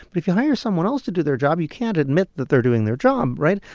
but if you hire someone else to do their job, you can't admit that they're doing their job, right?